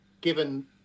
given